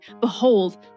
Behold